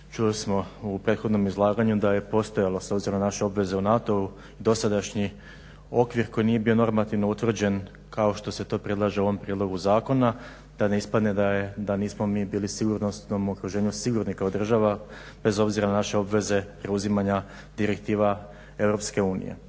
Čuli smo u prethodnom izlaganju da je postojalo s obzirom na naše obveze u NATO-u dosadašnji okvir koji nije bio normativno utvrđen kao što se to predlaže u ovom prijedlogu zakona da ne ispadne da nismo mi bili u sigurnosnom okruženju sigurni kao država, bez obzira na naše obveze preuzimanja direktiva EU.